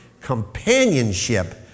companionship